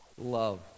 love